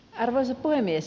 arvoisa puhemies